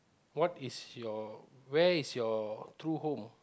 what is your where is your true home